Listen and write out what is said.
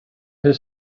her